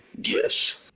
Yes